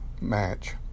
match